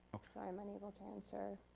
so i'm unable to answer.